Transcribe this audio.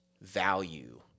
value